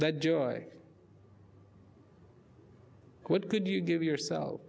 that joy what could you give yourself